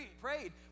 prayed